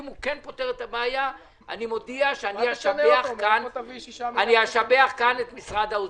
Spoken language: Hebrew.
אם הוא יפתור את הבעיה אני מודיע שאשבח כאן את משרד האוצר,